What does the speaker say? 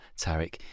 Tarek